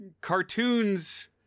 cartoons